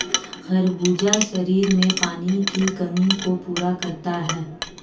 खरबूजा शरीर में पानी की कमी को पूरा करता है